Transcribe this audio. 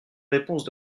réponse